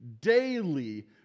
daily